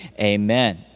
amen